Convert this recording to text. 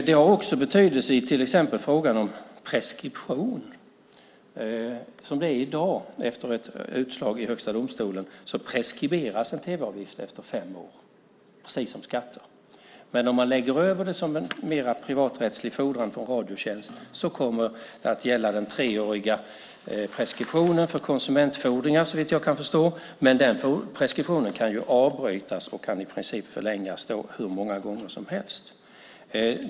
Det har också betydelse i till exempel frågan om preskription. Som det är i dag, efter ett utslag i Högsta domstolen, preskriberas en tv-avgift efter fem år, precis som skatter. Men om man lägger över det som en mer privaträttslig fordran från Radiotjänst kommer den treåriga preskriptionen för konsumentfordringar att gälla såvitt jag kan förstå, men den preskriptionen kan ju avbrytas och kan i princip då förlängas hur många gånger som helst.